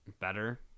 better